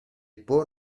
può